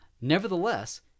Nevertheless